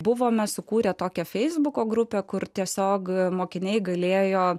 buvome sukūrę tokią feisbuko grupę kur tiesiog mokiniai galėjo